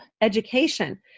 education